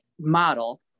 model